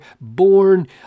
born